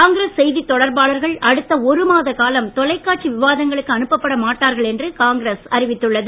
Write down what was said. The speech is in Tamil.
காங்கிரஸ் செய்தித் தொடர்பாளர்கள் அடுத்த ஒரு மாத காலம் தொலைக்காட்சி விவாதங்களுக்கு அனுப்பப்பட மாட்டார்கள் என்று காங்கிரஸ் அறிவித்துள்ளது